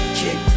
kick